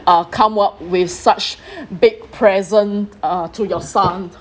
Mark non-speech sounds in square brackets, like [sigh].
uh come up with such [breath] big present uh to your son